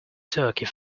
turkey